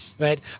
Right